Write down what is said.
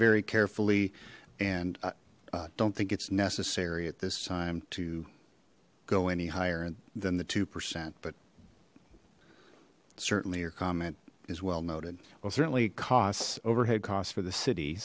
very carefully and i don't think it's necessary at this time to go any higher than the two percent but certainly your comment is well noted well certainly costs overhead costs for the city